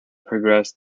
progress